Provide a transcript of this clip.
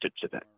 today